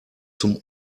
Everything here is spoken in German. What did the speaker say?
zum